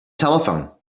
telephone